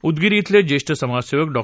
उदगीर श्रेले ज्येष्ठ समाजसेवक डॉ